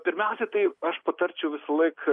pirmiausia tai aš patarčiau visąlaik